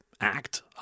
act